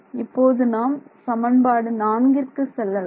இப்போது நாம் சமன்பாடு நான்கிற்கு செல்லலாம்